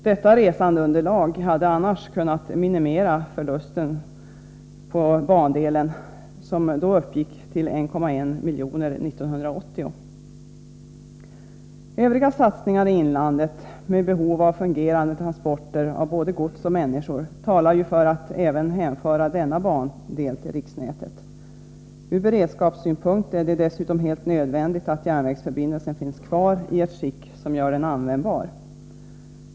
Detta resandeunderlag hade annars kunnat minimera förlusten på bandelen, som 1980 uppgick till 1,1 miljoner. Övriga satsningar i inlandet för att tillfredsställa behov av fungerande transporter av både gods och människor talar ju för att hänföra även denna bandel till riksnätet. Från beredskapssynpunkt är det dessutom helt nödvändigt att järnvägsförbindelsen finns kvar i ett skick som gör den användbar.